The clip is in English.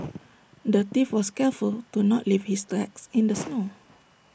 the thief was careful to not leave his tracks in the snow